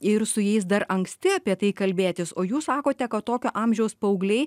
ir su jais dar anksti apie tai kalbėtis o jūs sakote kad tokio amžiaus paaugliai